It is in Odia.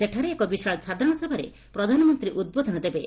ସେଠାରେ ଏକ ବିଶାଳ ସାଧାରଣ ସଭାରେ ପ୍ରଧାନମନ୍ତୀ ଉଦ୍ବୋଧନ ଦେବେ